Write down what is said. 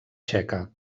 txeca